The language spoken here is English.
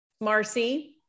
Marcy